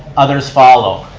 others follow.